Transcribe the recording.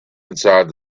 inside